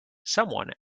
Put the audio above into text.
someone